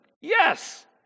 Yes